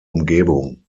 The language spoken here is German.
umgebung